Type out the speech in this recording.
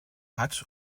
hat